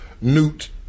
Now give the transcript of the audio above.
Newt